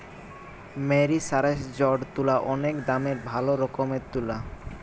মেরিসারেসজড তুলা অনেক দামের ভালো রকমের তুলা